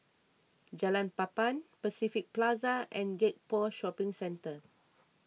Jalan Papan Pacific Plaza and Gek Poh Shopping Centre